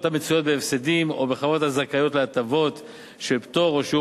המצויות בהפסדים או בחברות הזכאיות להטבות של פטור או שיעור